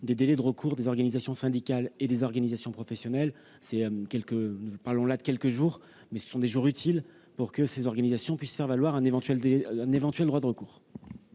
des délais de recours fixés aux organisations syndicales et professionnelles. Nous parlons là de quelques jours seulement, mais ce sont des jours utiles pour que ces organisations puissent faire valoir un éventuel droit de recours.